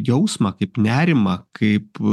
jausmą kaip nerimą kaip